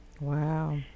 Wow